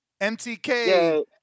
MTK